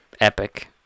Epic